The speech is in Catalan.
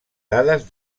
dades